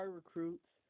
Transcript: recruits